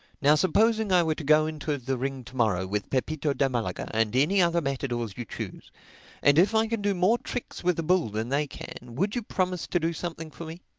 now supposing i were to go into the ring to-morrow with pepito de malaga and any other matadors you choose and if i can do more tricks with a bull than they can, would you promise to do something for me?